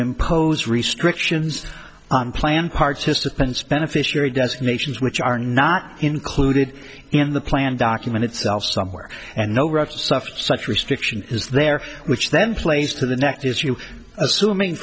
impose restrictions on plan participants beneficiary destinations which are not included in the plan document itself somewhere and no rush to suffer such restriction is there which then plays to the next is you assuming